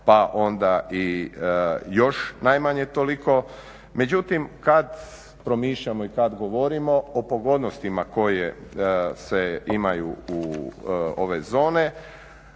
pa onda i još najmanje toliko. Međutim, kad promišljamo i kad govorimo o pogodnostima koje se imaju u ovim zonama